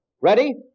Ready